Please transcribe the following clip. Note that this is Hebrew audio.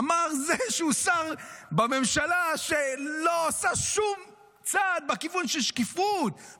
אמר זה שהוא שר בממשלה שלא עושה שום צעד בכיוון של שקיפות,